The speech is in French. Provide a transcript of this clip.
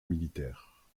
militaire